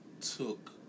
took